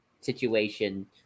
Situation